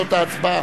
תוצאות ההצבעה.